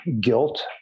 guilt